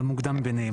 המוקדם מביניהם'.